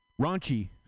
raunchy